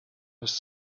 was